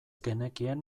genekien